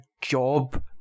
job